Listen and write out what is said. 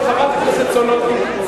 חברת הכנסת סולודקין,